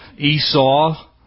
Esau